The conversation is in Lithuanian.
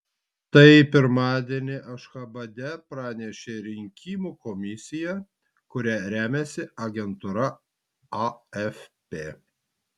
tai pirmadienį ašchabade pranešė rinkimų komisija kuria remiasi agentūra afp